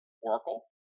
Oracle